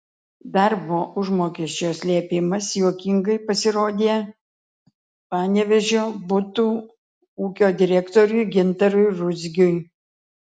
darbo užmokesčio slėpimas juokingai pasirodė panevėžio butų ūkio direktoriui gintarui ruzgiui